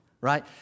right